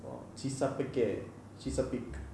oh cheese ah packet cheese ah pick